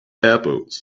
apples